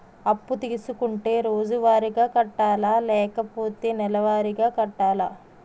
అప్పు తీసుకుంటే రోజువారిగా కట్టాలా? లేకపోతే నెలవారీగా కట్టాలా?